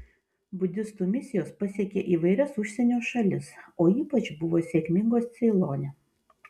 budistų misijos pasiekė įvairias užsienio šalis o ypač buvo sėkmingos ceilone